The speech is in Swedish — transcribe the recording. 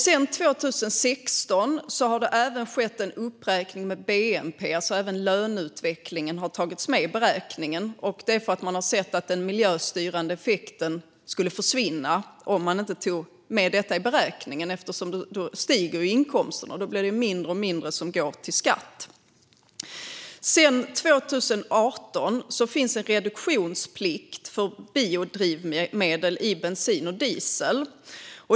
Sedan 2016 har det även skett en uppräkning med bnp, det vill säga att även löneutvecklingen har tagits med i beräkningen. Det är för att man har sett att den miljöstyrande effekten skulle försvinna om man inte tog med detta i beräkningen. Då stiger inkomsterna, och det blir mindre och mindre som går till skatt. Sedan 2018 finns en reduktionsplikt för biodrivmedel i bensin och diesel.